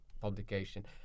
publication